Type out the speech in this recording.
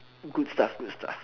good stuff good stuff